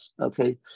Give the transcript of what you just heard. Okay